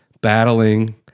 battling